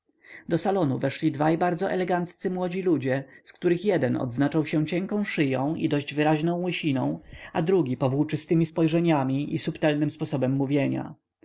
do salonu weszli dwaj bardzo eleganccy młodzi ludzie z których jeden odznaczał się cienką szyją i dość wyraźną łysiną a drugi powłóczystemi spojrzeniami i subtelnym sposobem mówienia